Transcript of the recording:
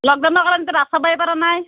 লকডাউনৰ কাৰণেতো ৰাস চাবই পাৰা নাই